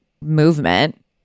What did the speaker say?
movement